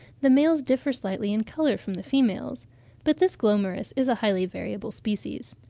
the males differ slightly in colour from the females but this glomeris is a highly variable species.